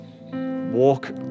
walk